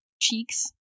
cheeks